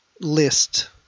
list